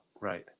right